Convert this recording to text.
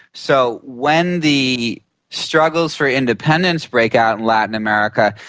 so when the struggles for independence break out in latin america,